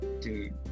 Dude